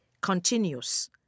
continues